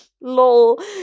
lol